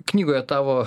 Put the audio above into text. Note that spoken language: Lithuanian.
knygoje tavo